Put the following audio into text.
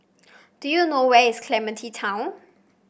do you know where is Clementi Town